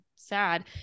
sad